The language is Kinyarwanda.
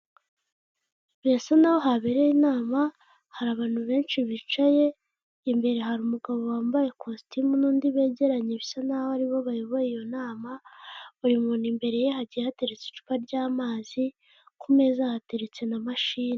Birasa n'aho habereye inama, hari abantu benshi bicaye. Imbere hari umugabo wambaye kositimu n'undi begeranye bisa n'aho aribo bayoboye iyo nama, buri muntu imbere ye hagiye hateretse icupa ry'amazi, ku meza hateretse na mashine.